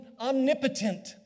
omnipotent